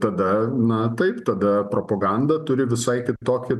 tada na taip tada propaganda turi visai kitokį